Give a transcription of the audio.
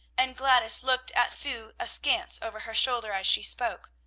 and gladys looked at sue askance over her shoulder as she spoke,